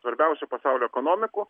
svarbiausių pasaulio ekonomikų